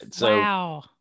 Wow